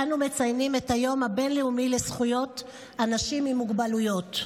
אנו מציינים את היום הבין-לאומי לזכויות אנשים עם מוגבלויות.